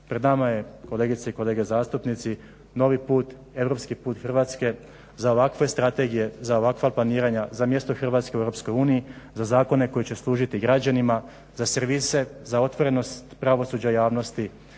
Pred nama je kolegice i kolege zastupnici novi put, europski put Hrvatske za ovakve strategije, za ovakva planiranja, za mjesto Hrvatske u Europskoj uniji, za zakone koji će služiti građanima, za servise, za otvorenost pravosuđa javnosti,